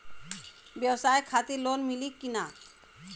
ब्यवसाय खातिर लोन मिली कि ना?